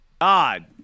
God